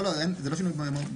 לא, לא, זה לא משנה משהו במהות.